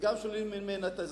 ולכן שוללים ממנה את האזרחות.